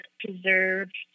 preserved